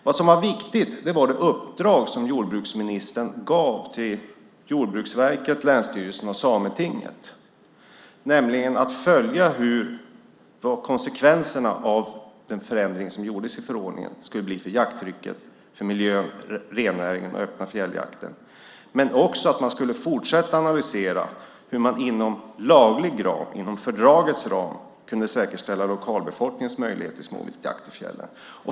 Vad som var viktigt var det uppdrag som jordbruksministern gav till Jordbruksverket, länsstyrelsen och Sametinget, nämligen att följa vad konsekvenserna skulle bli av förändringen i förordningen för jakttrycket, miljön, rennäringen och den öppna fjälljakten. Men man skulle också fortsätta att analysera hur man inom laglig ram, inom fördragets ram, kunde säkerställa lokalbefolkningens möjlighet till småviltsjakt i fjällen.